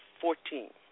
Fourteen